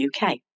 UK